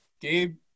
Gabe